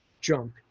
junk